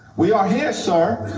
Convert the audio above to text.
we are here, sir,